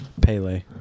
Pele